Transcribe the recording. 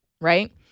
Right